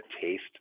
taste